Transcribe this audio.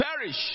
Perish